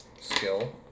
skill